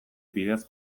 bidez